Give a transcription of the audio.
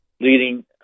leading